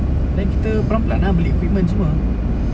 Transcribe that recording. then kita perlahan-perlahan lah beli equipment semua